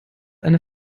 eine